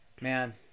Man